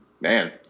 man